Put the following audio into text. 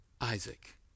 Isaac